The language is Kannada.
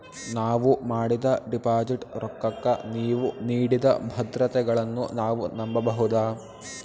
ನಾವು ಮಾಡಿದ ಡಿಪಾಜಿಟ್ ರೊಕ್ಕಕ್ಕ ನೀವು ನೀಡಿದ ಭದ್ರತೆಗಳನ್ನು ನಾವು ನಂಬಬಹುದಾ?